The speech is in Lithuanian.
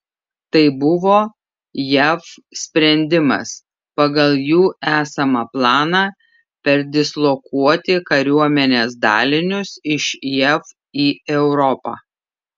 tai buvo jav sprendimas pagal jų esamą planą perdislokuoti kariuomenės dalinius iš jav į europą